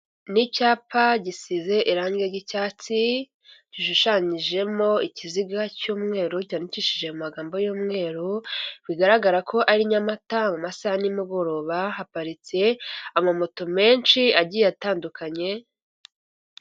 Ni icyapa gisize irangi ry'icyatsi gishushanyijemo ikiziga cy'umweru cyandikishije mu magambo y'umweru, bigaragara ko ari nyamata mu masaha nimugoroba haparitse amamoto menshi agiye atandukanye.